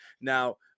Now